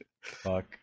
fuck